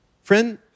Friend